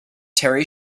terri